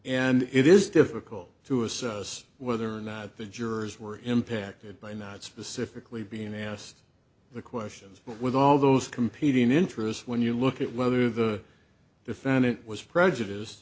and it is difficult to assess whether or not the jurors were impacted by not specifically being asked the question with all those competing interest when you look at whether the defendant was prejudice